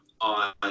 on